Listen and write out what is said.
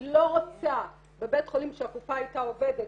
היא לא רוצה בבית חולים שהקופה איתה היא עובדת